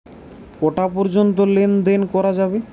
কটা পর্যন্ত লেন দেন করা যাবে?